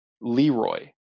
Leroy